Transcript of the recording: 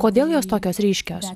kodėl jos tokios ryškios